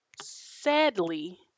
Sadly